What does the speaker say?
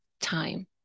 time